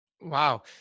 Wow